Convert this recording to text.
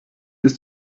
bis